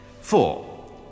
Four